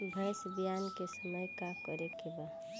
भैंस ब्यान के समय का करेके बा?